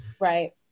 right